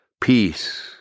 Peace